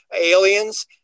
aliens